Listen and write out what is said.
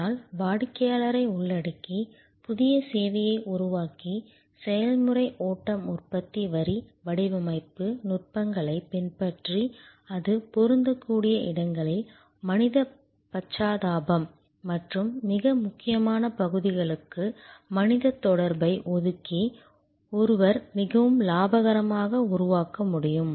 ஆனால் வாடிக்கையாளரை உள்ளடக்கி புதிய சேவையை உருவாக்கி செயல்முறை ஓட்டம் உற்பத்தி வரி வடிவமைப்பு நுட்பங்களைப் பின்பற்றி அது பொருந்தக்கூடிய இடங்களில் மனித பச்சாதாபம் மற்றும் மிக முக்கியமான பகுதிகளுக்கு மனிதத் தொடர்பை ஒதுக்கி ஒருவர் மிகவும் லாபகரமாக உருவாக்க முடியும்